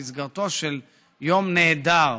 במסגרתו של יום נהדר,